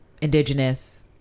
indigenous